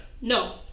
No